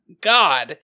God